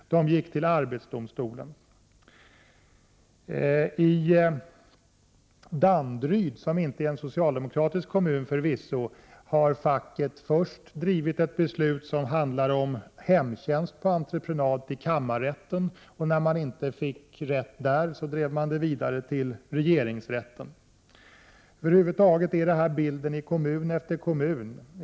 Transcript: Man gick till arbetsdomstolen. I Danderyd, som förvisso inte är en socialdemokratisk kommun, har facket först drivit ett beslut som handlade om hemtjänst på entreprenad till kammarrätten, och när man inte fick rätt där drev man frågan vidare till regeringsrätten. Över huvud taget är detta bilden i kommun efter kommun.